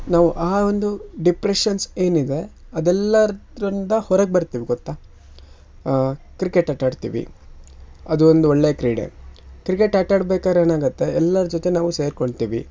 ನಾವು ಆ ಒಂದು ಡಿಪ್ರೆಷನ್ಸ್ ಏನಿದೆ ಅದೆಲ್ಲಾದ್ರಿಂದ ಹೊರಗೆ ಬರ್ತೀವಿ ಗೊತ್ತಾ ಕ್ರಿಕೆಟ್ ಆಟಾಡ್ತೀವಿ ಅದು ಒಂದು ಒಳ್ಳೆಯ ಕ್ರೀಡೆ ಕ್ರಿಕೆಟ್ ಆಟಾಡ್ಬೇಕಾರೆ ಏನಾಗತ್ತೆ ಎಲ್ಲರ ಜೊತೆ ನಾವು ಸೇರ್ಕೊತೀವಿ